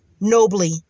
nobly